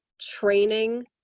training